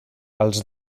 els